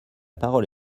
parole